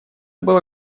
было